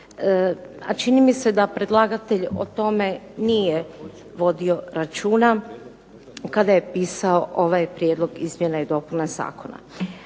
a čini mi se da predlagatelj o tome nije vodio računa kada je pisao ovaj prijedlog izmjena i dopuna zakona.